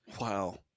Wow